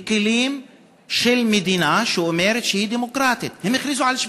בכלים של מדינה שאומרת שהיא דמוקרטית: הם הכריזו על שביתה,